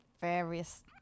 various